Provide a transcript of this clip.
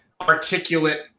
articulate